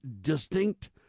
distinct